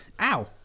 Ow